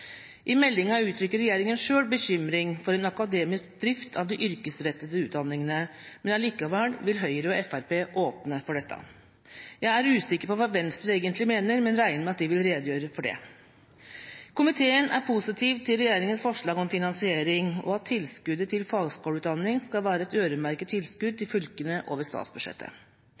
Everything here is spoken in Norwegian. I meldinga uttrykker regjeringa selv bekymring for en akademisk drift av de yrkesrettede utdanningene, men likevel vil Høyre og Fremskrittspartiet åpne for dette. Jeg er usikker på hva Venstre egentlig mener, men regner med at de vil redegjøre for det. Komiteen er positiv til regjeringas forslag om finansiering og at tilskuddet til fagskoleutdanning skal være et øremerket tilskudd til fylkene over statsbudsjettet.